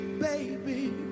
baby